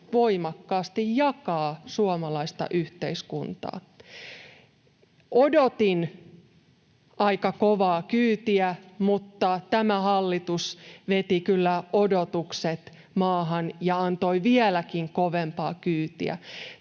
voimakkaasti jakaa suomalaista yhteiskuntaa. Odotin aika kovaa kyytiä, mutta tämä hallitus veti kyllä odotukset maahan ja antoi vieläkin kovempaa kyytiä.